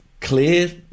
clear